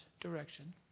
direction